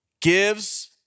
gives